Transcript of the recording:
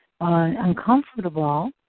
uncomfortable